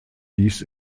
dies